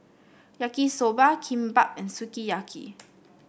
Yaki Soba Kimbap and Sukiyaki